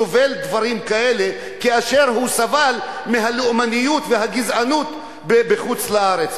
סובל דברים כאלה כאשר הוא סבל מהלאומנות והגזענות בחוץ-לארץ,